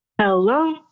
Hello